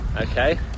okay